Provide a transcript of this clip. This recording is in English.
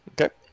okay